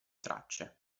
tracce